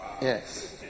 Yes